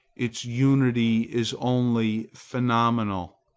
its unity is only phenomenal.